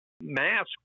mask